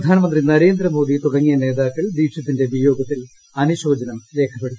പ്രധാനമന്ത്രി നരേന്ദ്രമോദി തുടങ്ങിയ നേതാക്കൾ ദീക്ഷിതിന്റെ വിയോഗത്തിൽ അനുശോചനം രേഖപ്പെടുത്തി